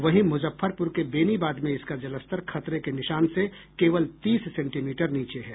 वहीं मुजफ्फरपुर के बेनीबाद में इसका जलस्तर खतरे के निशान से केवल तीस सेंटीमीटर नीचे है